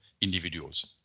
individuals